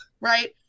right